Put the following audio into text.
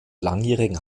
langjährigen